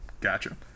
Gotcha